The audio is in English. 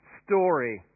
story